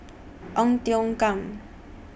Ong Tiong Khiam